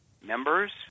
members